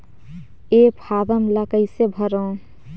ये फारम ला कइसे भरो?